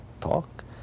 talk